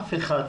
אף אחד,